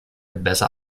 besser